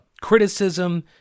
criticism